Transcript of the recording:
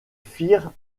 firent